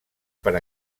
per